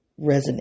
resonate